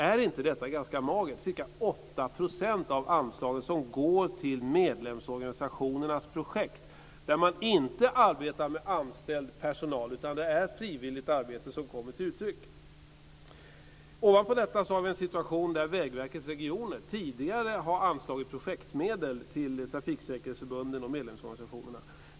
Är inte detta ganska magert, att det bara är ca 8 % som går till medlemsorganisationernas projekt, där man inte har anställd personal utan där det är frivilligt arbete som kommer till uttryck? Ovanpå detta har vi en situation där Vägverkets regioner tidigare har anslagit projektmedel till trafiksäkerhetsförbunden och medlemsorganisationerna.